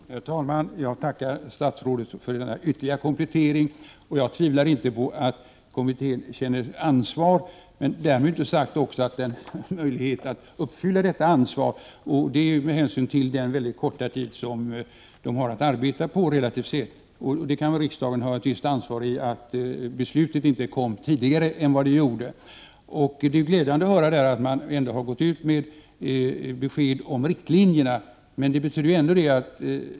Herr talman! Jag tackar statsrådet för denna ytterligare komplettering. Jag tvivlar inte på att kommittén känner ett ansvar, men därmed är inte sagt att den också har möjlighet att uppfylla detta ansvar. Kommittén har ju mycket kort tid att arbeta på, relativt sett. Detta kan riksdagen ha ett visst ansvar för, eftersom besluten inte kommit tidigare. Det är glädjande att höra att man ändå gått ut med besked om riktlinjerna.